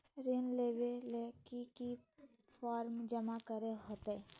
ऋण लेबे ले की की फॉर्म जमा करे होते?